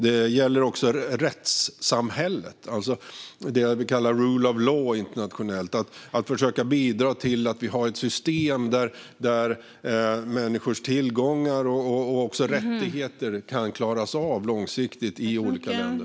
Det gäller också rättssamhället, alltså det vi internationellt kallar rule of law. Det handlar om att försöka bidra till ett system där människors tillgångar och rättigheter kan klaras långsiktigt i olika länder.